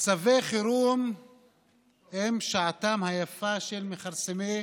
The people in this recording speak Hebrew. מצבי חירום הם שעתם היפה של מכרסמי